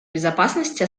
безопасности